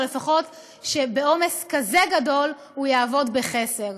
או לפחות שבעומס כזה גדול הוא יעבוד בחסר.